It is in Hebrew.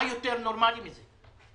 מה יותר נורמלי מזה?